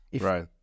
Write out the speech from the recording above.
Right